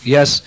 Yes